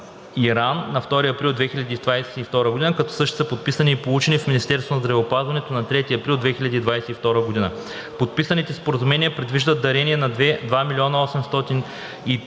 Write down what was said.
на 2 април 2022 г., като същите са подписани и получени в Министерството на здравеопазването на 3 април 2022 г. Подписаните споразумения предвиждат дарение на 2 млн. 830